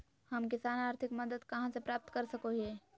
हम किसान आर्थिक मदत कहा से प्राप्त कर सको हियय?